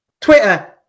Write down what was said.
Twitter